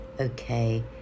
okay